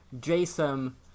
Jason